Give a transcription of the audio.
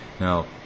Now